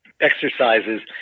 exercises